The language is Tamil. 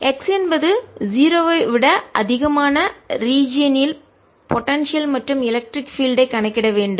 X என்பது 0 ஐ விட அதிகமான ரீஜியன் இல் போடன்சியல் மற்றும் எலக்ட்ரிக் பீல்ட் ஐ மின்சார புலத்தை கணக்கிடவேண்டும்